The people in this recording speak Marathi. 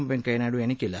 व्येंकय्या नायडू यांनी केलं